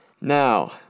Now